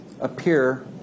appear